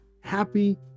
happy